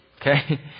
Okay